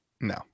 No